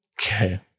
Okay